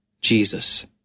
Jesus